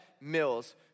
Mills